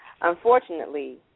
Unfortunately